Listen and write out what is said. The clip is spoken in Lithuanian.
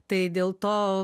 tai dėl to